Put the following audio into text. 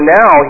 now